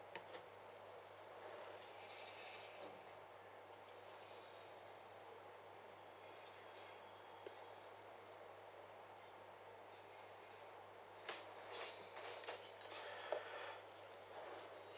ya